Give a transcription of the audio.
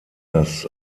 das